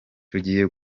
tugiye